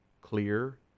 clear